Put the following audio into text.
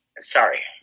Sorry